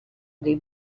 dei